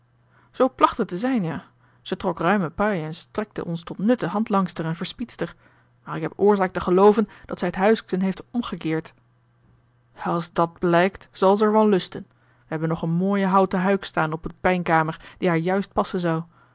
het te zijn ja ze trok ruime paye en strekte ons tot nuttige handlangster en verspiedster maar ik heb oorzaak te gelooven dat zij het huiksken heeft omgekeerd als dàt blijkt zal ze er van lusten we hebben nog eene mooie houten huik staan op de pijnkamer die haar juist passen zou